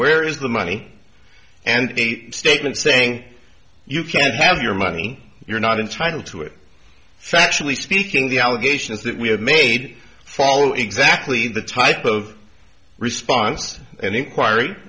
where is the money and the statement saying you can have your money you're not entitled to it factually speaking the allegations that we have made follow exactly the type of response and inquiry